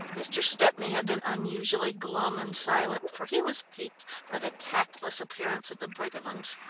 mr. stepney had been unusually glum and silent, for he was piqued by the tactless appearance of the briggerlands.